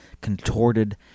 contorted